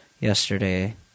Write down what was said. yesterday